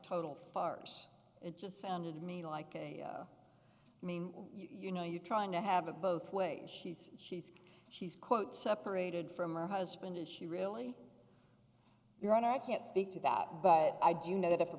total farce it just sounded to me like a mean you know you're trying to have it both ways she's she's she's quote separated from her husband and she really your honor i can't speak to that but i do know that if a